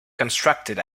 constructed